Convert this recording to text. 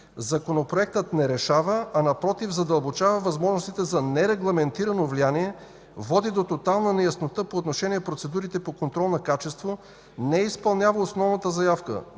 Законопроектът не решава, а напротив, задълбочава възможностите за нерегламентирано влияние, води до тотална неяснота по отношение на процедурите по контрол на качество, не изпълнява основната заявка